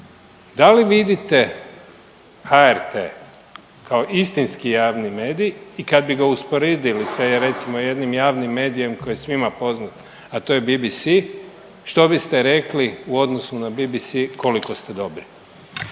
da li vidite HRT kao istinski javni medij i kad bi ga usporedili sa recimo jednim javnim medijem koji je svima poznat a to je BBC što biste rekli u odnosu na BBC koliko ste dobri?